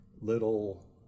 little